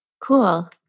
Cool